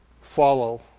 follow